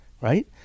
right